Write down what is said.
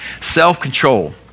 Self-control